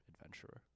adventurer